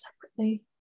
separately